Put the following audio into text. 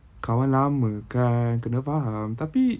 kawan lama kan kena faham tapi